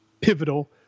pivotal